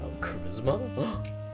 charisma